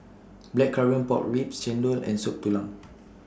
Blackcurrant Pork Ribs Chendol and Soup Tulang